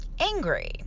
angry